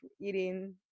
eating